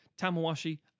Tamawashi